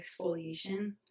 exfoliation